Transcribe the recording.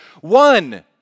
One